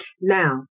Now